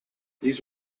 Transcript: these